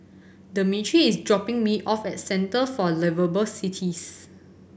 Demetri is dropping me off at Centre for Liveable Cities